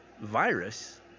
virus